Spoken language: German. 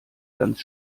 ganz